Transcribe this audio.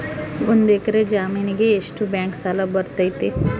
ಒಂದು ಎಕರೆ ಜಮೇನಿಗೆ ಎಷ್ಟು ಬ್ಯಾಂಕ್ ಸಾಲ ಬರ್ತೈತೆ?